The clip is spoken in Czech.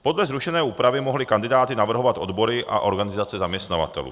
Podle zrušené úpravy mohly kandidáty navrhovat odbory a organizace zaměstnavatelů.